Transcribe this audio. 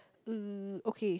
um okay